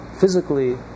Physically